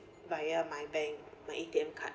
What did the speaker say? via my bank my A_T_M card